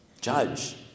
Judge